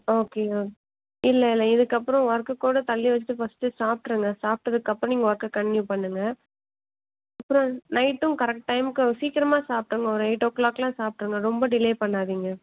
okay ஓ இல்லை இல்லை இதுக்கப்புறம் ஒர்க்குக் கூட தள்ளி வச்சிட்டு ஃபர்ஸ்ட்டு சாப்பிட்ருங்க சாப்பிட்டதுக்கப்றம் நீங்கள் ஒர்க்கை கன்டினியூ பண்ணுங்க அப்புறம் நைட்டும் கரெக்ட் டைமுக்கு சீக்கிரமாக சாப்பிட்ருங்க ஒரு எயிட் ஓ கிளாக்லாம் சாப்பிட்ருங்க ரொம்ப டிலே பண்ணாதிங்க